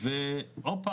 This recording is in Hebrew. וגילינו